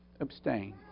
Abstain